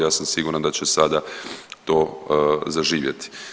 Ja sam siguran da će sada to zaživjeti.